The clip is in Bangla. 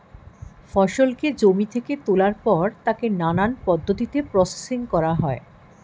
ফসলকে জমি থেকে তোলার পর তাকে নানান পদ্ধতিতে প্রসেসিং করা হয়